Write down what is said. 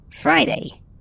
Friday